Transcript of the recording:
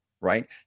right